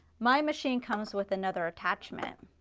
my machine comes with another attachment,